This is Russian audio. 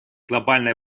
глобальной